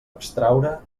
abstraure